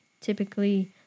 typically